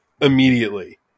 immediately